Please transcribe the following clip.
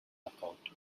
account